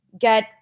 get